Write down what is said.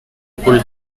pulled